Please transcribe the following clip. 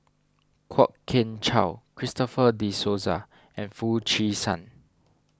Kwok Kian Chow Christopher De Souza and Foo Chee San